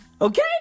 Okay